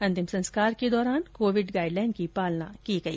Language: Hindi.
अंतिम संस्कार के दौरान कोविड गाइड लाइन की पालना की की गई